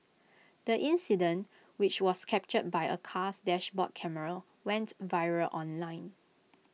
the incident which was captured by A car's dashboard camera went viral online